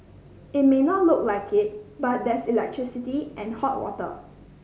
it may not look like it but there's electricity and hot water